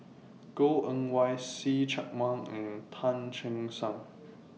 Goh Eng Wah See Chak Mun and Tan Che Sang